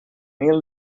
mil